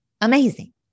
Amazing